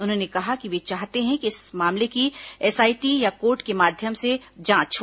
उन्होंने कहा कि वे चाहतें हैं कि इस मामले की एसआईटी या कोर्ट के माध्यम से जांच हो